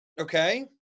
Okay